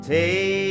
Take